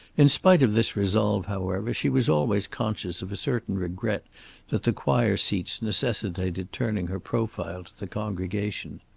in spite of this resolve, however, she was always conscious of a certain regret that the choir seats necessitated turning her profile to the congregation.